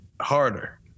harder